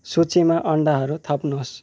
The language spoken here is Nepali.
सूचीमा अन्डाहरू थप्नुहोस्